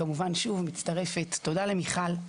תודה למיכל,